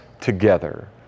together